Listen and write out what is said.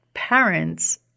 parents